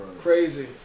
Crazy